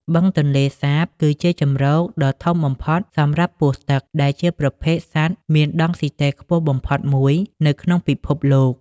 បឹងទន្លេសាបគឺជាជម្រកដ៏ធំបំផុតសម្រាប់ពស់ទឹក ដែលជាប្រភេទសត្វមានដង់ស៊ីតេខ្ពស់បំផុតមួយនៅក្នុងពិភពលោក។